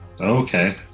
okay